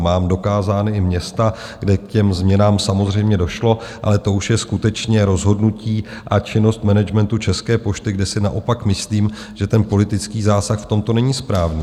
Mám dokázána i města, kde k těm změnám samozřejmě došlo, ale to už je skutečně rozhodnutí a činnost managementu České pošty, kde si naopak myslím, že politický zásah v tomto není správný.